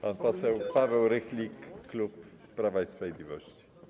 Pan poseł Paweł Rychlik, klub Prawa i Sprawiedliwości.